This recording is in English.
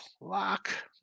Lock